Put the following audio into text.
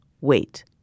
Wait